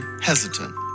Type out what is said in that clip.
hesitant